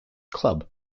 club